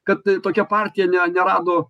kad tokia partija ne nerado